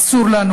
אסור לנו,